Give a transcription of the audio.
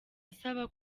asaba